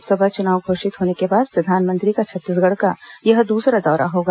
लोकसभा चुनाव घोषित होने के बाद प्रधानमंत्री का छत्तीसगढ़ का यह दूसरा दौरा होगा